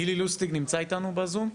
גילי לוסטיג נמצא איתנו בזום?